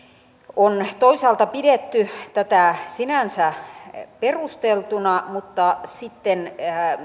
on toisaalta pidetty tätä sinänsä perusteltuna mutta sitten